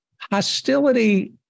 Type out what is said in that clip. hostility